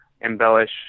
embellish